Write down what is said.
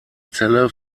zelle